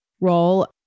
role